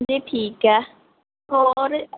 ਜੀ ਠੀਕ ਹੈ ਹੋਰ